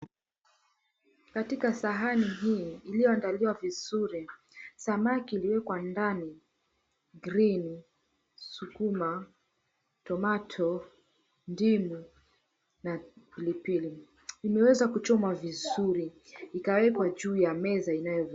Katika sahani hii iliyoandaliwa vizuri samaki iliwekwa ndani green sukuma, tomato , ndimu, na pilipili. Imeweza kuchomwa vizuri ikawekwa juu ya meza inayovutia.